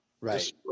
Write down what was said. right